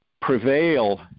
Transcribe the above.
prevail